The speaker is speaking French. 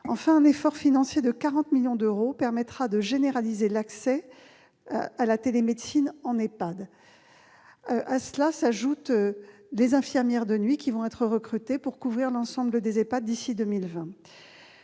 Enfin, un effort financier de 40 millions d'euros permettra de généraliser l'accès à la télémédecine en EHPAD. À cela s'ajoute le recrutement d'infirmières de nuit pour couvrir l'ensemble des EHPAD d'ici à 2020.